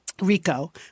Rico